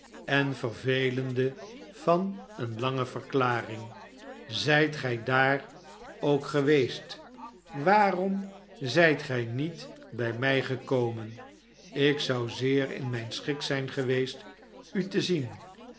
en vervelende van een lange verklaring zijt gij daar ook geweest waarom zijt gij niet bij mij gekomen ik zou zeer in mijn schik zijn geweest u te zien